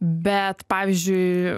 bet pavyzdžiui